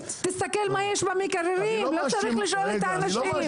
תסתכל מה יש במקררים, לא צריך לשאול את האנשים.